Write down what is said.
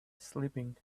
sleeping